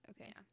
Okay